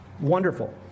Wonderful